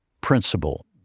principle